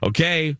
Okay